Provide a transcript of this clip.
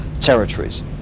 territories